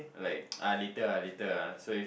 like ah later la later la so it